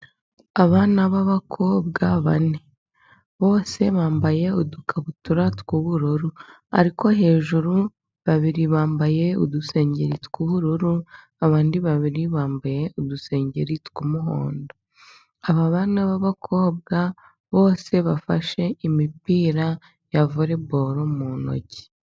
Abana b'abakobwa bane bose bambaye udukabutura tw'ubururu, ariko hejuru babiri bambaye udusengeri tw'ubururu, abandi babiri bambaye udusengeri tw'umuhondo. Aba bana b'abakobwa bose bafashe imipira ya volebolo mu ntoki.